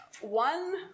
one